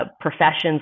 professions